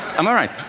am i right?